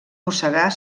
mossegar